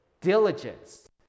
diligence